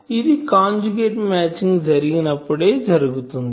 ఇది conjugate matching జరిగినప్పుడే జరుగుతుంది